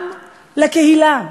גם לקהילה,